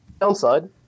downside